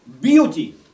beauty